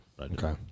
Okay